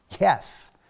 yes